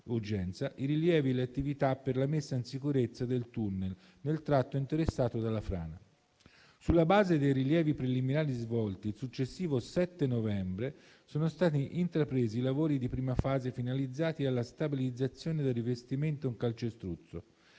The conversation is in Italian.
i rilievi e le attività per la messa in sicurezza del tunnel nel tratto interessato dalla frana. Sulla base dei rilievi preliminari svolti, il successivo 7 novembre sono stati intrapresi i lavori di prima fase finalizzati alla stabilizzazione del rivestimento in calcestruzzo